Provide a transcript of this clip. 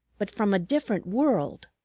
but from a different world.